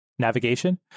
navigation